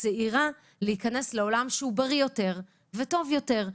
צעירה להיכנס לעולם בריא יותר וטוב יותר.